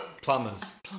Plumbers